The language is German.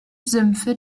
sümpfe